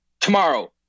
tomorrow